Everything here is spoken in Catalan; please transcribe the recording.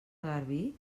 garbí